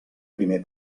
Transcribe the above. primer